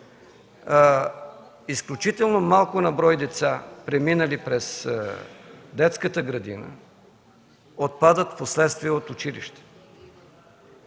изключително малко на брой деца, преминали през детската градина, отпадат впоследствие от училище.